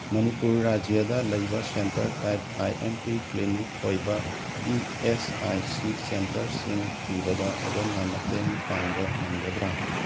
ꯃꯅꯤꯄꯨꯔ ꯔꯥꯖ꯭ꯌꯗ ꯂꯩꯕ centre type I M P clinic ꯑꯣꯏꯕ ꯏ ꯑꯦꯁ ꯑꯥꯏ ꯁꯤ ꯁꯦꯟꯇꯔꯁꯤꯡ ꯊꯤꯕꯗ ꯑꯗꯣꯝꯅ ꯃꯇꯦꯡ ꯄꯥꯡꯕ ꯉꯝꯒꯗ꯭ꯔ